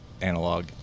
analog